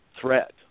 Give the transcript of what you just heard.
threat